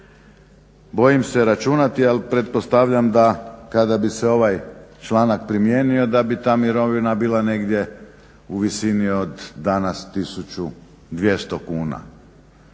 Bojim se računati, ali pretpostavljam da kada bi se ovaj članak primijenio da bi ta mirovina bila negdje u visini od danas 1200 kuna.